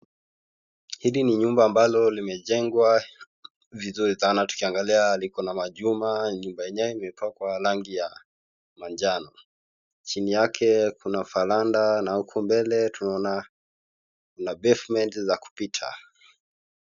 Hili ni nyumba ambalo limejengwa vizuri sana tukiangalia liko na majuma nyumba yenyewe imepakwa rangi ya manjano chini kuna faranda na huku mbele tunaona kuna [cs ] pavement za kupita.